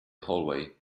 hallway